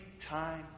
time